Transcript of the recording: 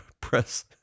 press